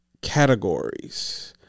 Categories